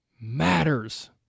matters